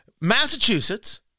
Massachusetts